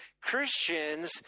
Christians